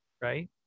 right